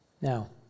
Now